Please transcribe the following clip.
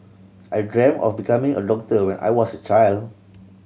I dreamt of becoming a doctor when I was a child